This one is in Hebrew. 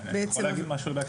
אני יכול לומר משהו בעניין?